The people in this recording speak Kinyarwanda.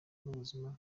n’ubuzima